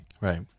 Right